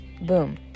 boom